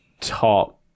top